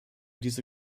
diese